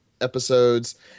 episodes